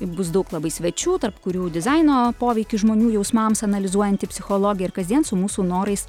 bus daug labai svečių tarp kurių dizaino poveikį žmonių jausmams analizuojanti psichologė ir kasdien su mūsų norais